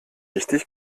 richtig